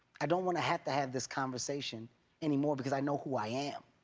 i don't want to have to have this conversation anymore, because i know who i am.